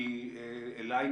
כי אלי,